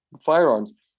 firearms